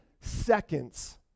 seconds